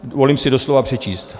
Dovolím si doslova přečíst.